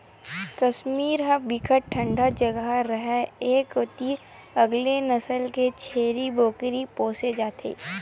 कस्मीर ह बिकट ठंडा जघा हरय ए कोती अलगे नसल के छेरी बोकरा पोसे जाथे